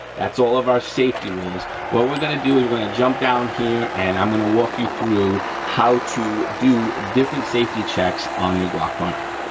that's all of our safety rules, what we're gonna do is we're gonna jump down here and i'm gonna walk you through how to do different safety checks on your glock firearm.